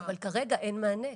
- אבל כרגע אין מענה.